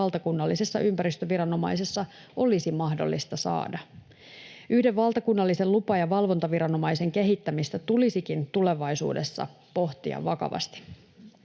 valtakunnallisessa ympäristöviranomaisessa olisi mahdollista saada. Yhden valtakunnallisen lupa‑ ja valvontaviranomaisen kehittämistä tulisikin tulevaisuudessa pohtia vakavasti.